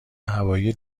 هوایی